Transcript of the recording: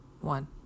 One